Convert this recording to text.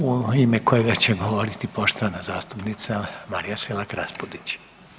U ime kojega će govoriti poštovana zastupnica Marija Selak Raspudić.